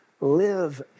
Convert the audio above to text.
live